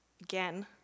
Again